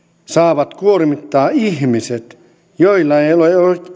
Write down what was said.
saavat kuormittaa ihmiset joilla ei ei ole